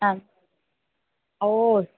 आम् ओ